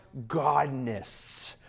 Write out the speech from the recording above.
godness